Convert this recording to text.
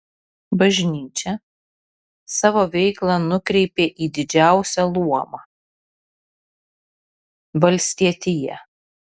bažnyčia savo veiklą nukreipė į didžiausią luomą valstietiją